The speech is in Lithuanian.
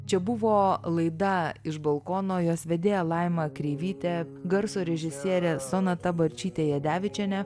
čia buvo laida iš balkono jos vedėja laima kreivytė garso režisierė sonata barčytė jadevičienė